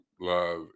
love